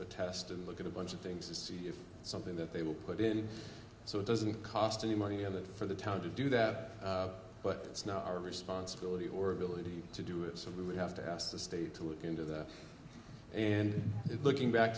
the test and look at a bunch of things to see if it's something that they will put in so it doesn't cost any money on the for the town to do that but it's not our responsibility or ability to do it so we have to ask the state to look into that and looking back